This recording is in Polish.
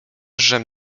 żem